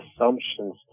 assumptions